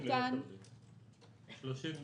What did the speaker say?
בשנת